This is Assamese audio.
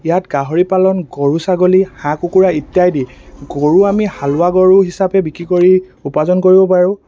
ইয়াত গাহৰি পালন গৰু ছাগলী হাঁহ কুকুৰা ইত্যাদি গৰু আমি হালোৱা গৰু হিচাপে বিক্ৰী কৰি উপাৰ্জন কৰিব পাৰোঁ